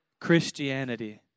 Christianity